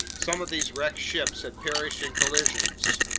some of these wrecked ships had perished in collisions,